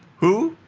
who?